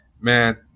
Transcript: Man